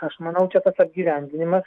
aš manau čia tas apgyvendinimas